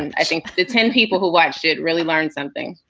and i think the ten people who watched it really learn something